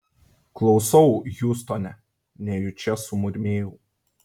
klausau hiūstone nejučia sumurmėjau